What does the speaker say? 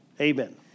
Amen